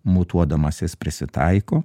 mutuodamas jis prisitaiko